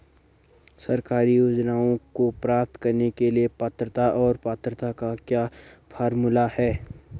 सरकारी योजनाओं को प्राप्त करने के लिए पात्रता और पात्रता का क्या फार्मूला है?